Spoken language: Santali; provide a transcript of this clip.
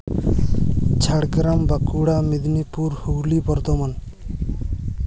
ᱡᱷᱟᱲᱜᱨᱟᱢ ᱵᱟᱸᱠᱩᱲᱟ ᱢᱮᱫᱽᱱᱤᱯᱩᱨ ᱦᱩᱜᱽᱞᱤ ᱵᱚᱨᱫᱷᱚᱢᱟᱱ